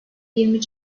yirmi